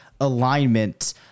alignment